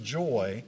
joy